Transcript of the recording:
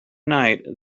night